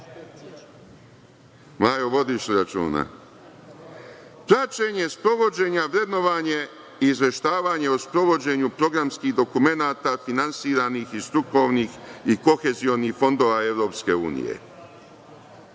vodiš li računa? Praćenje sprovođenja, vrednovanje i izveštavanje o sprovođenju programskih dokumenata finansiranih iz strukovnih i kohezionih fondova EU.